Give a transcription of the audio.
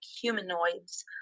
humanoids